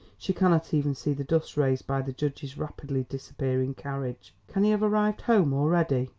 she cannot even see the dust raised by the judge's rapidly disappearing carriage. can he have arrived home already?